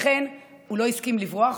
לכן הוא לא הסכים לברוח,